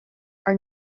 are